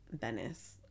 Venice